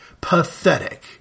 Pathetic